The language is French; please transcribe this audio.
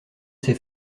ces